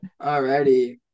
Alrighty